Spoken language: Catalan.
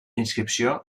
inscripció